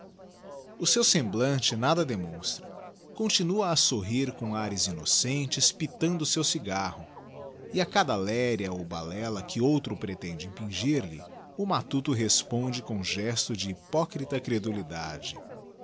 o seu semblante nada demonstra continua a sorrir com ares innocentes pitando o seu cigarro e a cada leria ou ballela que outro pretende impingir-lhe o matuto responde com gesto de hypocrita credulidade